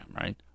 right